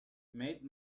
made